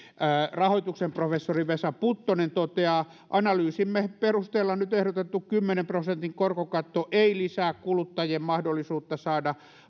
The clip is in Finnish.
rahoituksen professori vesa puttonen toteaa analyysimme perusteella nyt ehdotettu kymmenen prosentin korkokatto ei lisää kuluttajien mahdollisuutta saada